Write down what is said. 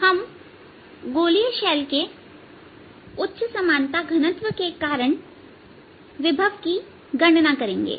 हम गोलीय शेल के उच्च समानता घनत्व के कारण विभव की गणना करेंगे